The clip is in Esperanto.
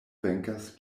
venkas